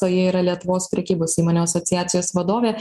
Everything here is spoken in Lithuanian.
o ji yra lietuvos prekybos įmonių asociacijos vadovė